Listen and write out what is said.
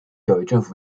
政府